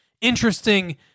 interesting